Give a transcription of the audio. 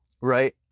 right